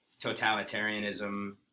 totalitarianism